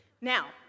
Now